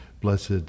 Blessed